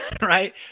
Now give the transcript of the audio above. right